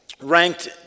ranked